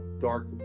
dark